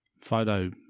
photo